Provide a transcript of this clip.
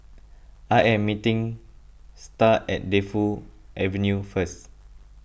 I am meeting Star at Defu Avenue first